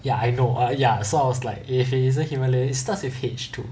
ya I know err ya so I was like if it isn't himalayas it starts with H too